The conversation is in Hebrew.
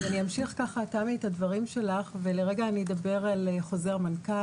אני אמשיך את הדברים של תמי ולרגע אדבר על חוזר מנכ"ל,